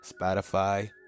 Spotify